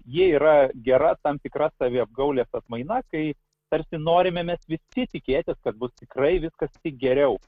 jie yra gera tam tikra saviapgaulės atmaina kai tarsi norime mes visi tikėti kad bus tikrai viskas tik geriau